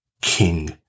king